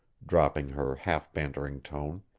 dropping her half-bantering tone,